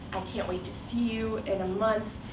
i can't wait to see you in a month,